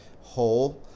whole